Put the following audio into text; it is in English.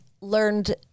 learned